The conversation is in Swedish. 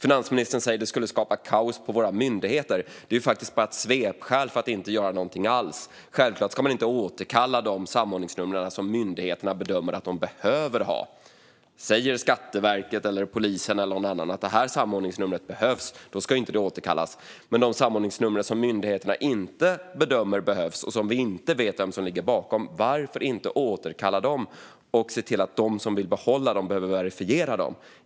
Finansministern säger att det skulle skapa kaos hos myndigheterna, men det är bara ett svepskäl för att inte göra någonting alls. Självklart ska man inte återkalla de samordningsnummer som myndigheterna bedömer att de behöver ha. Om Skatteverket, polisen eller någon annan säger att ett visst samordningsnummer behövs ska det inte återkallas. Men varför kan vi inte återkalla de samordningsnummer som myndigheterna bedömer inte behövs och som vi inte vet vem som ligger bakom? Sedan kan vi se till att de som vill behålla dessa nummer behöver verifiera dem.